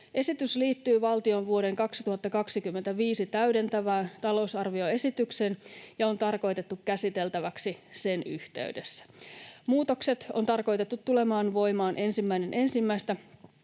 Esitys liittyy valtion vuoden 2025 täydentävään talousarvioesitykseen ja on tarkoitettu käsiteltäväksi sen yhteydessä. Muutokset on tarkoitettu tulemaan voimaan 1.1.2025